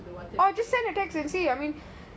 or just send a text and see